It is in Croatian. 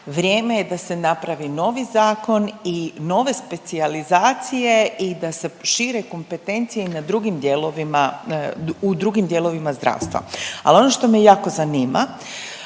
vrijeme je da se napravi novi zakon i nove specijalizacije i da se prošire kompetencije i na drugim dijelovima, u drugim dijelovima zdravstva. Ali ono što me jako zanima